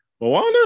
moana